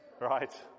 Right